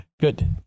Good